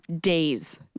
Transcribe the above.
days